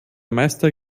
meister